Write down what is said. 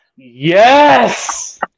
Yes